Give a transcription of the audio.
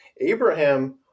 Abraham